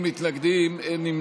בעד, 80, אין מתנגדים, אין נמנעים.